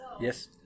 Yes